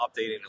updating